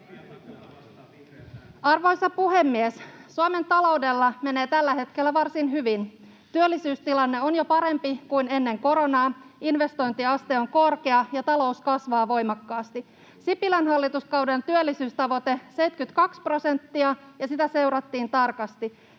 Arvoisa puhemies! Suomen taloudella menee tällä hetkellä varsin hyvin. Työllisyystilanne on jo parempi kuin ennen koronaa, investointiaste on korkea, ja talous kasvaa voimakkaasti. Sipilän hallituskauden työllisyystavoite oli 72 prosenttia, ja sitä seurattiin tarkasti.